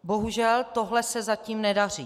Bohužel tohle se zatím nedaří.